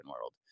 world